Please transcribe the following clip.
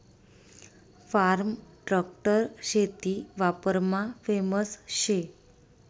form tractor शेती वापरमा famous शे